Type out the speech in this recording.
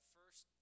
first